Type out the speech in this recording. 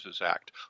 Act